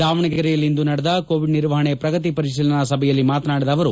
ದಾವಣಗೆರೆಯಲ್ಲಿಂದು ನಡೆದ ಕೋವಿಡ್ ನಿರ್ವಹಣೆ ಪ್ರಗತಿ ಪರಿಶೀಲನಾ ಸಭೆಯಲ್ಲಿ ಮಾತನಾಡಿದ ಅವರು